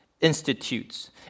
institutes